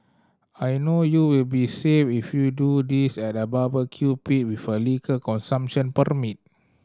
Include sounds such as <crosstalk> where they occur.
I know you will be safe if you do this at a barbecue pit with a liquor consumption <unintelligible>